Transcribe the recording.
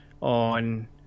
on